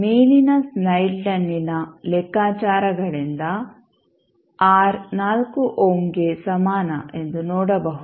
ಮೇಲಿನ ಸ್ಲೈಡ್ನಲ್ಲಿನ ಲೆಕ್ಕಾಚಾರಗಳಿಂದ ಆರ್ 4 ಓಮ್ಗೆ ಸಮಾನ ಎಂದು ನೋಡಬಹುದು